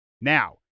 Now